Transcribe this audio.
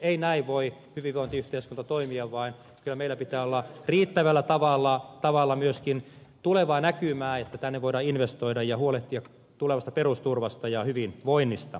ei näin voi hyvinvointiyhteiskunta toimia vaan kyllä meillä pitää olla riittävällä tavalla myöskin tulevaa näkymää että tänne voidaan investoida ja huolehtia tulevasta perusturvasta ja hyvinvoinnista